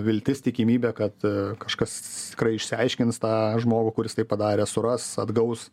viltis tikimybė kad kažkas tikrai išsiaiškins tą žmogų kuris tai padarė suras atgaus